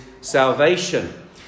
salvation